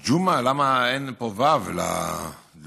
ג'מעה, למה אין פה וי"ו לג'ומעה?